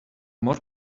more